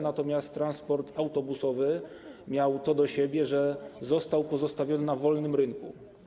Natomiast transport autobusowy miał to do siebie, że został pozostawiony na wolnym rynku.